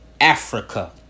Africa